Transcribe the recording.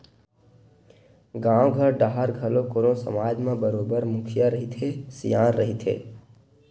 गाँव घर डाहर घलो कोनो समाज म बरोबर मुखिया रहिथे, सियान रहिथे